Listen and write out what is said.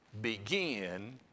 begin